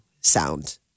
sound